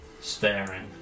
staring